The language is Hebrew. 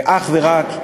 ואך ורק,